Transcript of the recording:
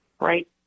Right